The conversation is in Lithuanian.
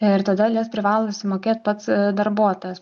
ir todėl jas privalo sumokėt pats darbuotojas